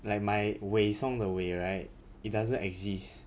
like my 伟松的伟 right it doesn't exist